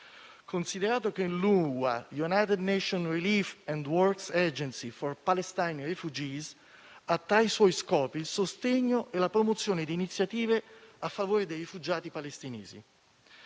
Considerato che la *United Nations relief* and works *Agency* for palestine refugees (UNRWA) ha tra i suoi scopi il sostegno e la promozione di iniziative a favore dei rifugiati palestinesi;